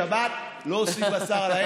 שבת, לא עושים בשר על האש.